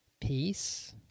Peace